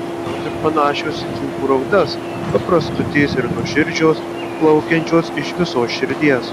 jos ir panašios į dzūkų raudas paprastutės ir nuoširdžios plaukiančios iš visos širdies